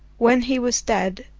when he was dead,